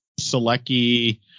Selecki